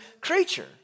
creature